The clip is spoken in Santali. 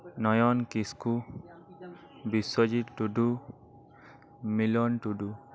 ᱱᱚᱭᱚᱱ ᱠᱤᱥᱠᱩ ᱵᱤᱥᱥᱚᱡᱤᱛ ᱴᱩᱰᱩ ᱢᱤᱞᱚᱱ ᱴᱩᱰᱩ